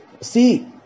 See